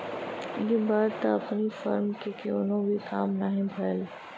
इ बार त अपनी फर्म के कवनो भी काम नाही भयल